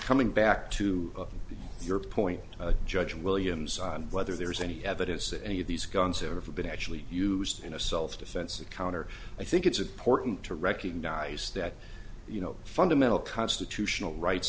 coming back to your point judge williams on whether there's any evidence that any of these guns have ever been actually used in a self defense account or i think it's important to recognize that you know fundamental constitutional rights